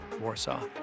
Warsaw